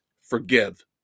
forgive